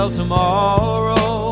tomorrow